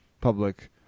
public